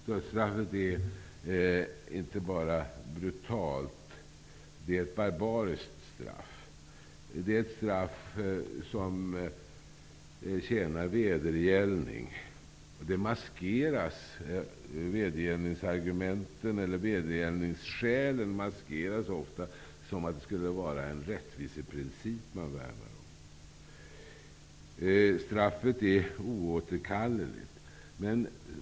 Dödsstraffet är inte bara ett brutalt straff utan ett barbariskt straff. Det är ett straff som tjänar vedergällning. Vedergällningsskälen maskeras ofta med att det handlar om en rättviseprincip som värnas. Straffet är oåterkalleligt.